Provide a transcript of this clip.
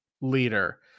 leader